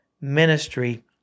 ministry